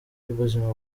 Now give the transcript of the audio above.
y’ubuzima